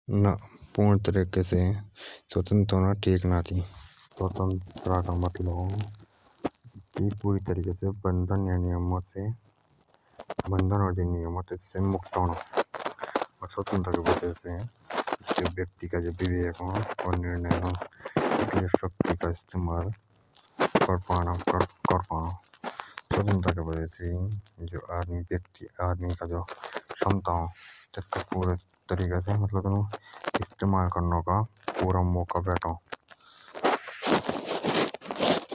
ना पूर्ण तरिके से स्वतंत्र अणो अच्छों ना आति स्वतंत्रता का मतलब अ कि पूरि तरीके से बन्धन ओर नियमों से मुक्त अणो स्वतंत्रता के बजेसे आदमी का विवेक अ और जो निर्णय अ तेतूके शक्ति का इस्तेमाल कर पाणा आसान अ स्वतंत्रता के बजेसे आदमीक आपडे शमता इस्तेमाल करनका पुरा मोका बेट।